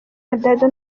ronaldo